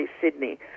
Sydney